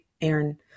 Aaron